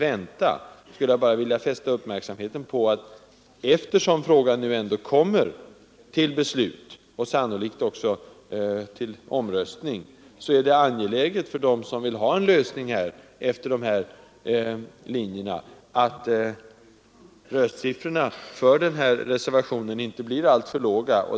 Men jag vill framhålla att eftersom frågan nu sannolikt kommer att gå till omröstning, är det angeläget för dem som vill ha en lösning efter de här linjerna att röstsiffrorna för reservationen inte blir alltför låga.